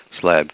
slab